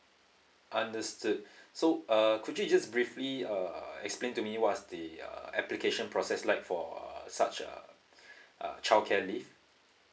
understood so uh could you just briefly uh explain to me what are the uh application process like for uh such uh uh childcare leave